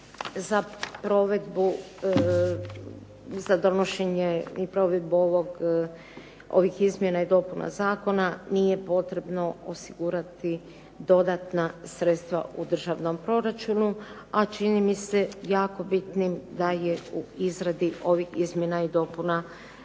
za provedbu, za donošenje i provedbu ovih izmjena i dopuna zakona nije potrebno osigurati dodatna sredstva u državnom proračunu, a čini mi se jako bitnim da je u izradi ovih izmjena i dopuna, da